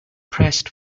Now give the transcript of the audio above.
pressed